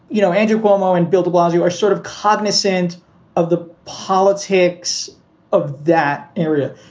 you know, andrew cuomo and bill de blasio are sort of cognizant of the politics of that area.